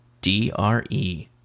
D-R-E